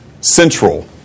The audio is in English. central